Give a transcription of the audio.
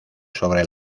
sobre